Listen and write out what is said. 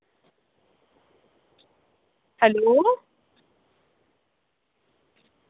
hello